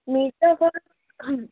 Mir Jafar হুম